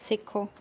सिखो